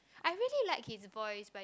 I really like his voice by the